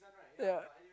ya